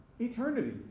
eternity